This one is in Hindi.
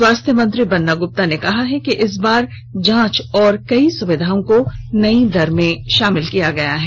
स्वास्थ्य मंत्री बन्ना गुप्ता ने कहा है कि इस बार जांच और कई सुविधाओं को नई दर में शामिल किया गया है